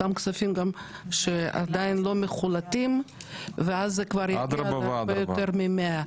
אותם כספים שעדיין לא מחולטים ואז זה כבר יגיע להרבה יותר מ-100.